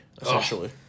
essentially